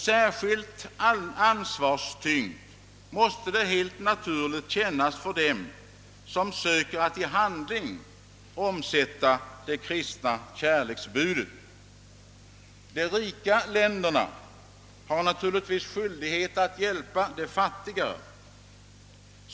Särskilt ansvarstyngt måste det helt naturligt kännas för dem som söker att i handling omsätta det kristna kärleksbudet. De rika länderna har skyldighet att hjälpa de fattiga.